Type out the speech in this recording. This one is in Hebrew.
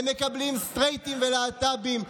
הם מקבלים סטרייטים ולהט"בים,